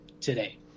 today